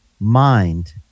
Mind